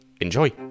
enjoy